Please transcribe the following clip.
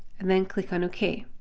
and then click on ok.